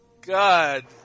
God